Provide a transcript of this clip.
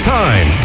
time